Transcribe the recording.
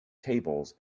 tables